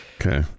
Okay